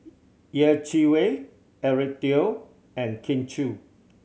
Yeh Chi Wei Eric Teo and Kin Chui